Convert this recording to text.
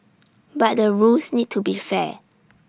but the rules need to be fair